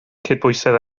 cydbwysedd